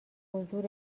حضور